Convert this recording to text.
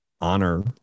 honor